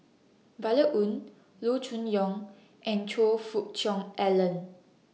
Violet Oon Loo Choon Yong and Choe Fook Cheong Alan